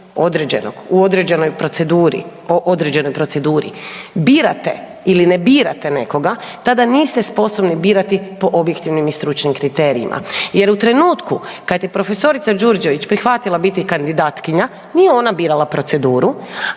o određenoj proceduri birate ili ne birate nekoga tada niste sposobni birati po objektivnim i stručnim kriterijima. Jer u trenutku kada je profesorica Đurđević prihvatila biti kandidatkinja nije ona birala proceduru.